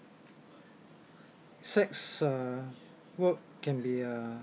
sex uh work can be uh